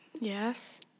Yes